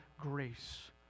grace